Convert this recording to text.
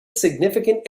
significant